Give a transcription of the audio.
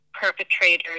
perpetrators